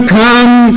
come